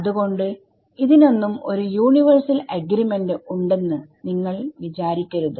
അതുകൊണ്ട് ഇതിനൊന്നും ഒരു യൂണിവേഴ്സൽ അഗ്രിമെന്റ് ഉണ്ടെന്ന് നിങ്ങൾ വിചാരിക്കരുത്